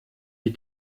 die